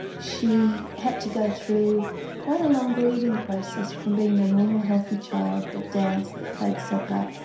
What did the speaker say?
she had to go through quite a long grieving process from being a normal healthy child that danced, that played soccer,